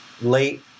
late